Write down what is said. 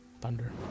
Thunder